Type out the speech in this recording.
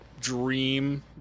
dream